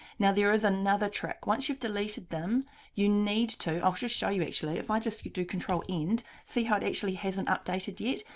now, there is another trick, once you've deleted them you need to, i'll just show you actually. if i just do control end, see how it actually hasn't updated yet.